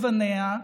על כל גווניה.